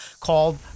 called